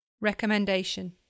Recommendation